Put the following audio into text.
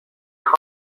بلبل